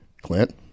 Clint